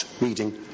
reading